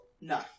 No